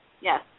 Yes